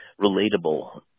relatable